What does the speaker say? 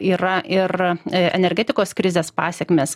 yra ir energetikos krizės pasekmės